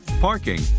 parking